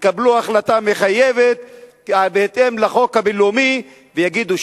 יקבלו החלטה מחייבת בהתאם לחוק הבין-לאומי ויגידו,